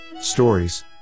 stories